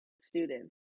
students